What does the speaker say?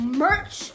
merch